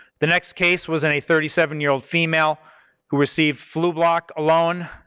the next case was and a thirty seven year old female who received flublok alone,